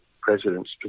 president's